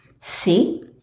See